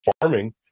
farming